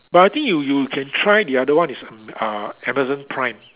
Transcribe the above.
but I think you you can try the other one is um uh Amazon prime